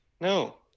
No